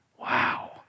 Wow